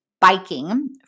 biking